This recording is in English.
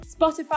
Spotify